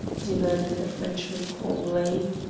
demanded the frenchman calmly.